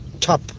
top